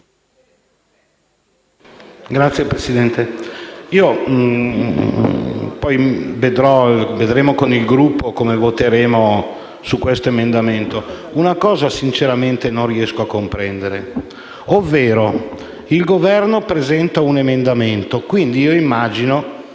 Signor Presidente, poi vedremo con il Gruppo come votare su questo emendamento, ma una cosa sinceramente non riesco a comprendere. Il Governo presenta un emendamento, quindi io immagino